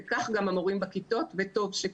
וכך גם המורים בכיתות וטוב שכך.